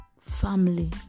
family